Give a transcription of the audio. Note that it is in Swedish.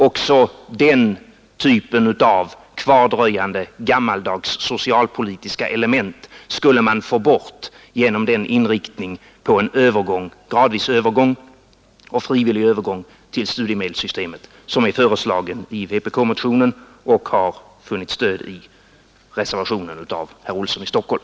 Också den typen av kvardröjande gammaldags socialpolitiska element skulle man få bort genom den inriktning på en gradvis och frivillig övergång till studiemedelssystemet som är föreslagen i vpkmotionen och som har funnit stöd i reservationen av herr Olsson i Stockholm.